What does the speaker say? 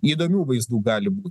įdomių vaizdų gali būt